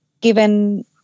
given